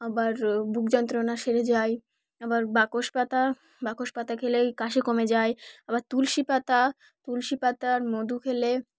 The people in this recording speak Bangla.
আবার বুগ যন্ত্রণা সেরে যায় আবার বাসক পাতা বাসক পাতা খেলেই কাশি কমে যায় আবার তুলসী পাতা তুলসী পাতার মধু খেলে